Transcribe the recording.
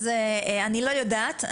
אני לא יודעת,